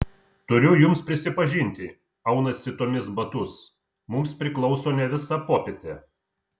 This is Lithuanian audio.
turiu jums prisipažinti aunasi tomis batus mums priklauso ne visa popietė